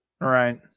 Right